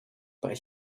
but